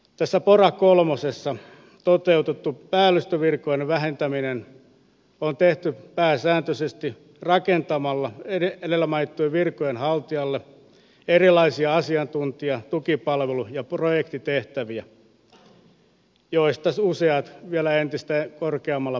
tässä pora kolmosessa toteutettu päällystövirkojen vähentäminen on tehty pääsääntöisesti rakentamalla edellä mainittujen virkojen haltijoille erilaisia asiantuntija tukipalvelu ja projektitehtäviä joista useat vielä entistä korkeammalla palkkatasolla